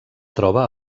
troba